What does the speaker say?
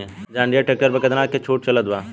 जंडियर tractor पर कितना के छूट चलत बा?